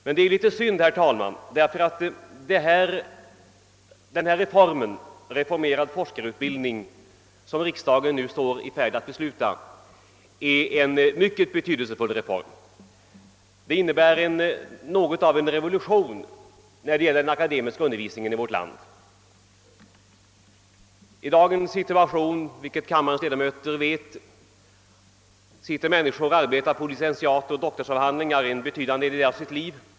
Men det är beklagligt, herr talman, därför att den reform av forskarutbildningen som riksdagen står i be grepp att besluta om är en mycket betydelsefull reform, som innebär något av en revolution när det gäller den akademiska undervisningen i vårt land. I dagens situation — vilket torde vara kammarens ledamöter bekant — sitter människor och arbetar på licentiatoch doktorsavhandlingar en betydande del av sitt liv.